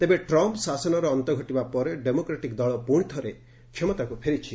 ତେବେ ଟ୍ରମ୍ପ୍ ଶାସନର ଅନ୍ତ ଘଟିବା ପରେ ଡେମୋକ୍ରାଟିକ୍ ଦଳ ପୁଣି ଥିରେ କ୍ଷମତାକୁ ଫେରିଛି